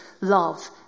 love